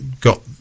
got